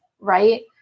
right